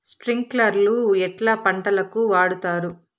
స్ప్రింక్లర్లు ఎట్లా పంటలకు వాడుతారు?